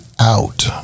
out